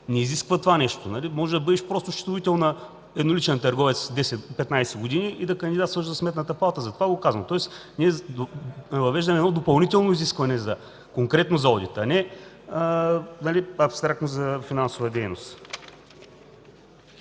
не изисква това нещо. Можеш да бъдеш просто счетоводител на едноличен търговец 10-15 години и да кандидатстваш за Сметната палата. Затова го казвам. Тоест въвеждаме допълнително изискване конкретно за одита, а не абстрактно за финансова дейност.